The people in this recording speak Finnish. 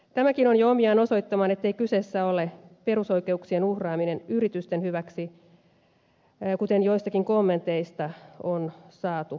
tämäkin on jo omiaan osoittamaan ettei kyseessä ole perusoikeuksien uhraaminen yritysten hyväksi kuten joistakin kommenteista on saatu ymmärtää